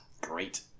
great